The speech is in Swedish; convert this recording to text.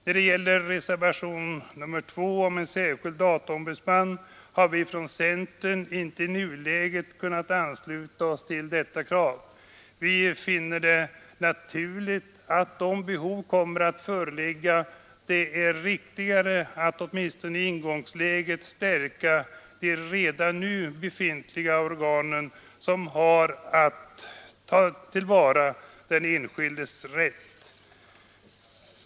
När det gäller reservation 2 om en särskild dataombudsman har vi från centern inte i nuläget kunnat ansluta oss till detta krav. Vi finner det riktigare i ingångsläget att om behov föreligger stärka de redan nu befintliga organen som har att ta till vara den enskildes rätt.